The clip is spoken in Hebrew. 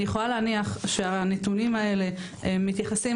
אני יכולה להניח שהנתונים האלה מתייחסים